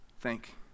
Thank